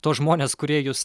tuos žmones kurie jus